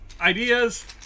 ideas